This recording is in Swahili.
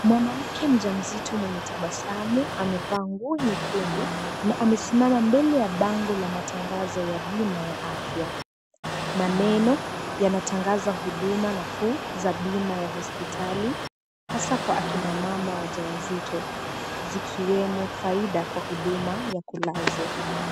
Mwanamke mjamzito mwenye tabasamu amevaa nguo nyekundu na amesimama mbele ya bango la matangazo ya bima ya afya. Maneno yanatangaza huduma nafuu za bima ya hospitali hasa kwa akina mama wajawazito zikiwemo faida kwa huduma ya kulazwa.